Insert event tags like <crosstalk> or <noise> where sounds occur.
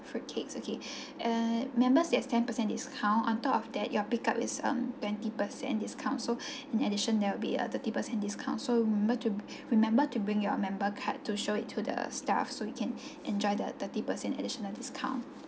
fruitcakes okay <breath> err members there's ten percent discount on top of that your pick up is um twenty percent discount so <breath> in addition there will be a thirty percent discount so remember to remember to bring your member card to show it to the staff so you can <breath> enjoy the thirty percent additional discount